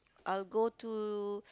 I'll go to